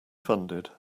funded